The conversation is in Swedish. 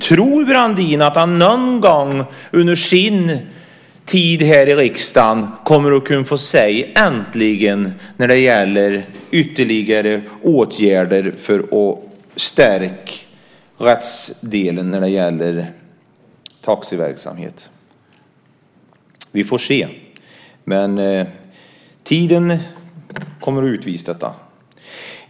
Tror Brandin att han någon gång under sin tid här i riksdagen kommer att kunna få säga äntligen när det gäller ytterligare åtgärder för att stärka rättsdelen när det gäller taxiverksamhet? Vi får se. Tiden kommer att utvisa detta.